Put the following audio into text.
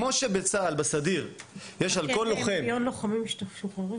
כמו שבצה"ל בסדיר יש על כל לוחם --- לתת למיליון חיילים משוחררים?